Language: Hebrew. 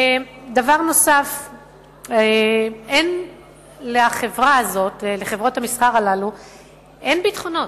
דבר נוסף, אין לחברות המסחר הללו ביטחונות.